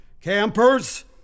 Campers